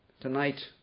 Tonight